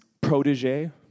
protege